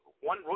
One